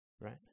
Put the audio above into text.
Right